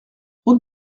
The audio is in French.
route